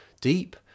deep